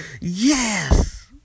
Yes